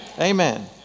Amen